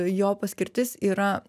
jo paskirtis yra